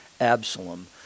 absalom